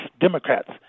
Democrats